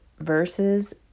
verses